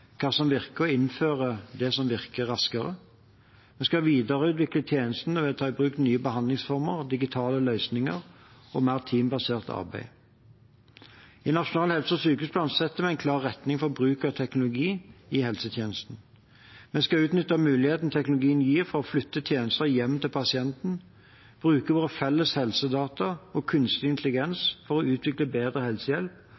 hva som virker, og innføre det som virker, raskere. Vi skal videreutvikle tjenestene ved å ta i bruk nye behandlingsformer, digitale løsninger og mer teambasert arbeid. I Nasjonal helse- og sykehusplan setter vi en klar retning for bruk av teknologi i helsetjenesten. Vi skal utnytte muligheten teknologien gir for å flytte tjenester hjem til pasienten, bruke våre felles helsedata og kunstig